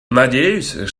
надеюсь